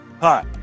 Hi